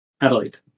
Adelaide